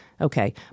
Okay